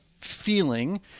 feeling